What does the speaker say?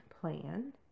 Plan